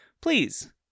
please